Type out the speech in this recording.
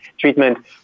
treatment